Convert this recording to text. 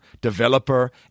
developer